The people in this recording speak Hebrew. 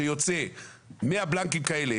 שיוצא עם 100 בלנקים כאלה.